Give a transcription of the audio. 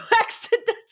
accidents